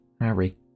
Harry